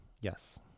Yes